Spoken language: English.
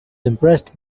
impressed